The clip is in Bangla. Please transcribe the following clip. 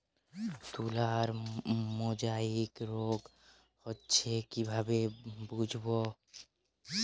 তুলার মোজাইক রোগ হয়েছে কিভাবে বুঝবো?